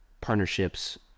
partnerships